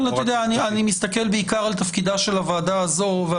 אבל אני מסתכל בעיקר על תפקידה של הוועדה הזו.